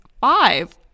five